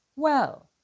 well,